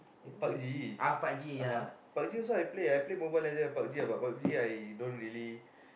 Pub G [uh huh] Pub G also I Play I play Mobile Legend and Pub-G ah but Pub-G I don't really